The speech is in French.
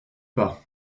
pas